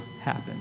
happen